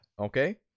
okay